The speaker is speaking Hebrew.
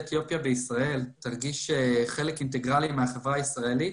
אתיופיה בישראל תרגיש חלק אינטגרלי מהחברה הישראלית,